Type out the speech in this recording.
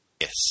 Yes